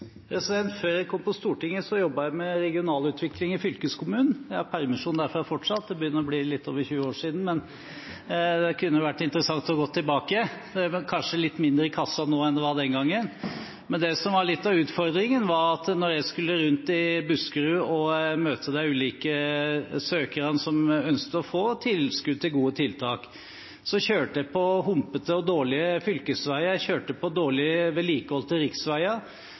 Før jeg kom på Stortinget, jobbet jeg med regionalutvikling i fylkeskommunen. Jeg har permisjon derfra fortsatt. Det begynner å bli litt over 20 år siden, men det kunne vært interessant å gå tilbake. Det er kanskje litt mindre i kassa nå enn det var den gangen. Det som var litt av utfordringen, var at når jeg skulle rundt i Buskerud og møte de ulike søkerne som ønsket å få tilskudd til gode tiltak, kjørte jeg på humpete og dårlige fylkesveier, og jeg kjørte på dårlig vedlikeholdte riksveier.